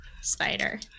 spider